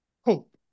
hope